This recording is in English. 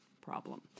problem